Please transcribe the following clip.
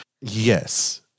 yes